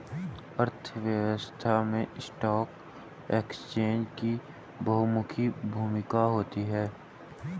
अर्थव्यवस्था में stock exchange की बहुमुखी भूमिका होती है